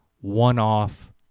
one-off